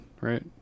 right